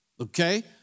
okay